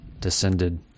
descended